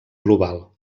global